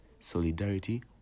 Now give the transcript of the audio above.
solidarity